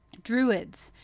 druids,